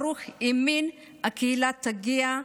ברוך האמין שהקהילה תגיע,